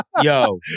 Yo